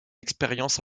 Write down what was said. expérience